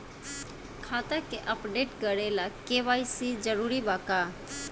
खाता के अपडेट करे ला के.वाइ.सी जरूरी बा का?